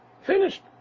Finished